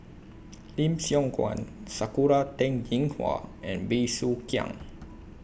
Lim Siong Guan Sakura Teng Ying Hua and Bey Soo Khiang